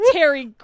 Terry